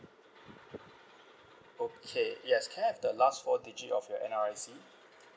okay yes can I have the last four digit of your N_R_I_C